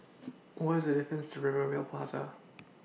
What IS The distance to Rivervale Plaza